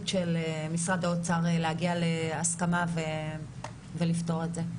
של משרד האוצר להגיע להסכמה ולפתור את זה.